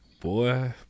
Boy